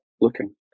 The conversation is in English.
looking